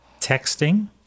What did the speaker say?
texting